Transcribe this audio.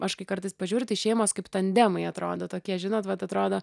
aš kai kartais pažiūriu tai šeimos kaip tandemai atrodo tokie žinot vat atrodo